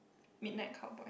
midnight cowboy